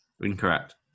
Incorrect